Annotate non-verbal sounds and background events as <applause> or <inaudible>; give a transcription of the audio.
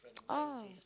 <noise> oh